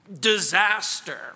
disaster